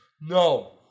No